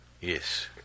Yes